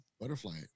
Butterfly